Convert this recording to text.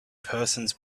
persons